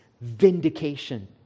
vindication